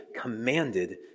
commanded